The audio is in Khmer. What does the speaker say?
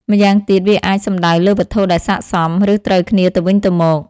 ម្យ៉ាងទៀត វាអាចសំដៅលើវត្ថុដែលសក្ដិសម ឬត្រូវគ្នាទៅវិញទៅមក។